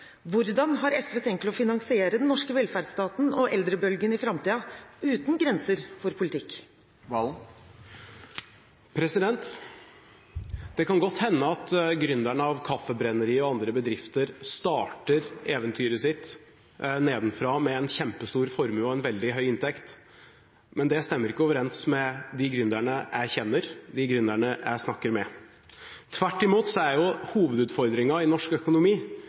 Hvordan har SV tenkt å finansiere den norske velferdsstaten og eldrebølgen i framtiden – uten grenser for politikk? Det kan godt hende at gründerne av Kaffebrenneriet og andre bedrifter starter eventyret sitt nedenfra med en kjempestor formue og en veldig høy inntekt, men det stemmer ikke overens med de gründerne jeg kjenner, de gründerne jeg snakker med. Tvert imot er hovedutfordringen i norsk økonomi